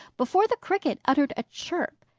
before the cricket uttered a chirp.